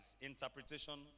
interpretation